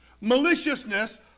maliciousness